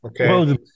okay